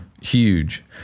huge